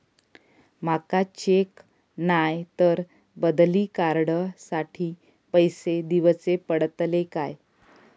माका चेक नाय तर बदली कार्ड साठी पैसे दीवचे पडतले काय?